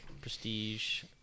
prestige